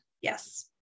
Yes